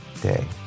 day